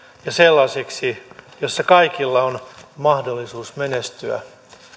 ja sellaiseksi jossa kaikilla on mahdollisuus menestyä